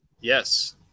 Yes